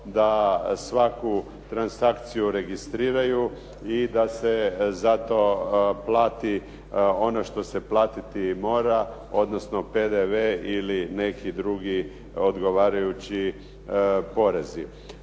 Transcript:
da svaku transakciju registriraju i da se za to plati ono što se platiti mora, odnosno PDV ili neki drugi odgovarajući porezi.